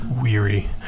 Weary